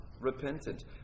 repentant